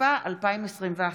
התשפ"א 2021,